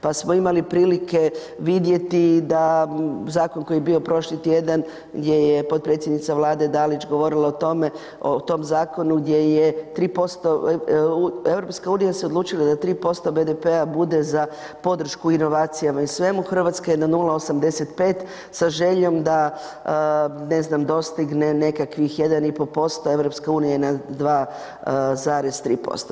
Pa smo imali prilike vidjeti da zakon koji je bio prošli tjedan gdje je potpredsjednica Vlade Dalić govorila o tom zakonu gdje je 3% EU se odlučila da 3% BDP-a bude za podršku inovacijama i svemu, Hrvatska je na 0,85 sa željom da dostigne nekakvih 1,5%, a EU na 2,3%